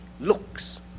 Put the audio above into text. looks